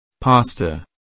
Pasta